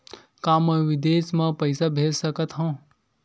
का मैं विदेश म पईसा भेज सकत हव?